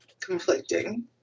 Conflicting